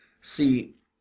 see